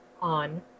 on